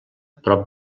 prop